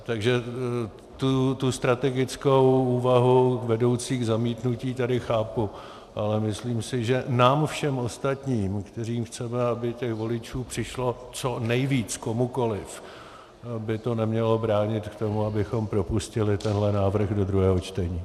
Takže tu strategickou úvahu vedoucí k zamítnutí tady chápu, ale myslím si, že nám všem ostatním, kteří chceme, aby voličů přišlo co nejvíc komukoliv, by to nemělo bránit v tom, abychom propustili tenhle návrh do druhého čtení.